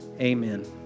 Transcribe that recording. Amen